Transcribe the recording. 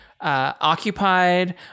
occupied